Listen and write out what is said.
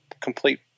complete